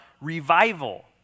revival